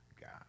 God